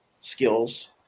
skills